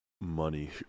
money